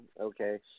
okay